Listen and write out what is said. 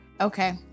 Okay